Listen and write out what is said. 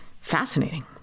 Fascinating